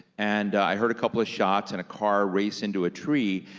and i heard a couple of shots, and a car race into a tree,